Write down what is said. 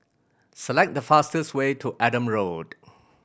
select the fastest way to Adam Road